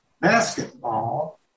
basketball